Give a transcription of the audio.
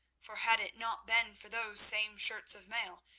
for had it not been for those same shirts of mail,